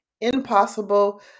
impossible